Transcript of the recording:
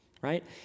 right